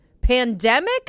Pandemic